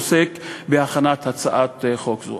עוסק בהכנת הצעת חוק זו.